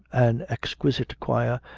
an exquisite choir,